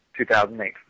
2008